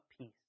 peace